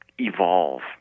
evolve